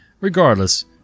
regardless